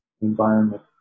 environment